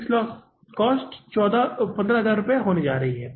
निर्धारित लागत अब 15000 रुपए होने जा रही है